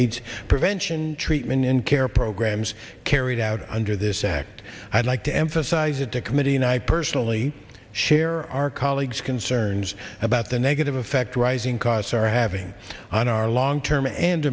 aids prevention treatment in care programs carried out under this act i'd like to emphasize it to committee ny personally share our colleagues concerns about the negative effect rising costs are having on our long term and